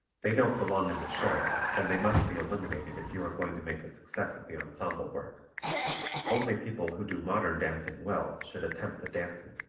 they don't belong in the show and they must be eliminated if you are going to make a success of the ensemble work only people who do modern dancing well should attempt the dancing.